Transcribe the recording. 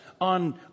on